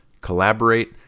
collaborate